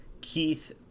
Keith